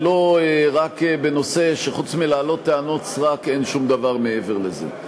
ולא רק בנושא שחוץ מלהעלות טענות סרק אין שום דבר מעבר לזה.